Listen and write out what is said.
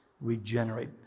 regenerate